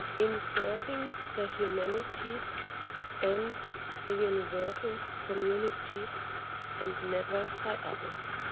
in serving the humanity and the universal community and never by others.